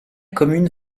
commune